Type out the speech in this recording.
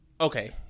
okay